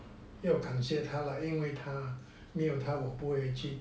要感谢他啦因为她没有她我不会去